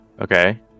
okay